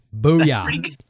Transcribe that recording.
Booyah